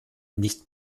nicht